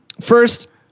First